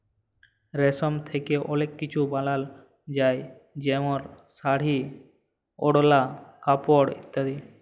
রেশম থ্যাকে অলেক কিছু বালাল যায় যেমল শাড়ি, ওড়লা, কাপড় ইত্যাদি